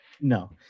no